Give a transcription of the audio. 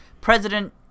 President